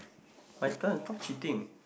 my turn stop cheating